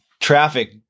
traffic